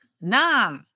Nah